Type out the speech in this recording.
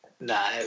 No